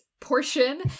portion